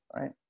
right